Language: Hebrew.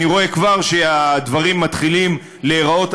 אני כבר רואה שהדברים מתחילים להיראות אחרת,